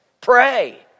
Pray